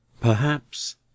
Perhaps